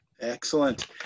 excellent